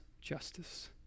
justice